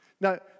Now